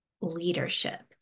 leadership